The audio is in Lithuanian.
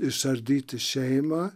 išardyti šeimą